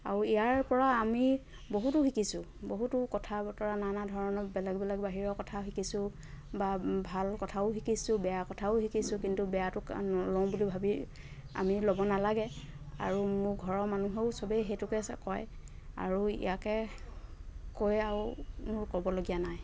আৰু ইয়াৰ পৰা আমি বহুতো শিকিছোঁ বহুতো কথা বতৰা নানা ধৰণৰ বেলেগ বেলেগ বাহিৰৰ কথা শিকিছোঁ বা ভাল কথাও শিকিছোঁ বেয়া কথাও শিকিছোঁ কিন্তু বেয়াটোক নলওঁ বুলি ভাবি আমি ল'ব নালাগে আৰু মোৰ ঘৰৰ মানুহেও চবেই সেইটোকে কয় আৰু ইয়াকে কৈ আৰু মোৰ ক'বলগীয়া নাই